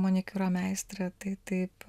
manikiūro meistrė tai taip